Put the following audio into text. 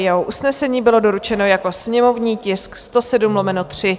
Jeho usnesení bylo doručeno jako sněmovní tisk 107/3.